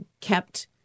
kept